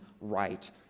right